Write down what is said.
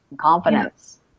confidence